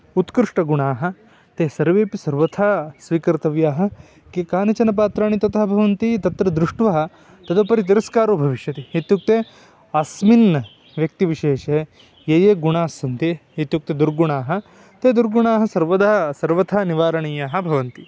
उत्कृष्टगुणाः ते सर्वेपि सर्वथा स्वीकर्तव्याः के कानिचन पात्राणि तथा भवन्ति तत्र दृष्ट्वा तदुपरि तिरस्कारो भविष्यति इत्युक्ते अस्मिन् व्यक्तिविशेषे ये ये गुणास्सन्ति इत्युक्ते दुर्गुणाः ते दुर्गुणाः सर्वदा सर्वथा निवारणीयाः भवन्ति